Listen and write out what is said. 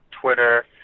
twitter